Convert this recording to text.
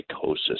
psychosis